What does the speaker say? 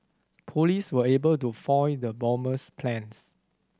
police were able to foil the bomber's plans